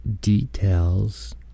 details